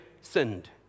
sinned